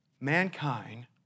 mankind